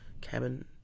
Cabin